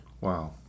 Wow